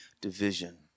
division